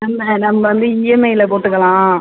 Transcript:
நம்ம நம்ம வந்து இஎம்ஐயில போட்டுக்கலாம்